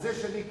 זה שאני קיללתי,